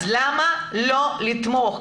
אז למה לא לתמוך?